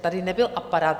Tady nebyl aparát.